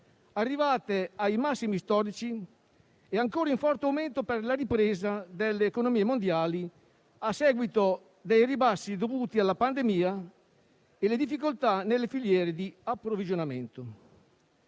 arrivate ai massimi storici e ancora in forte aumento per la ripresa delle economie mondiali a seguito dei ribassi dovuti alla pandemia e alle difficoltà nelle filiere di approvvigionamento.